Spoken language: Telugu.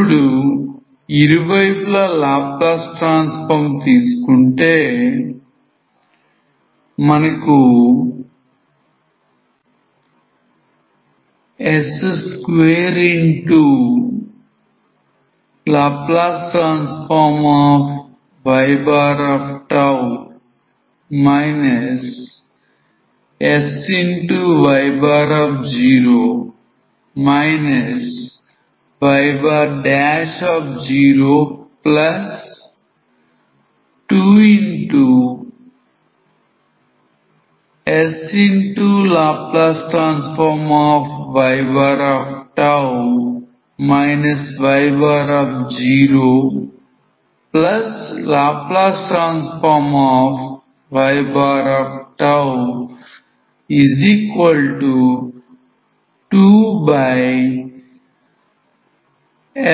ఇప్పుడు ఇరువైపులా Laplace transform తీసుకుంటే s2Ly sy0 y02sLy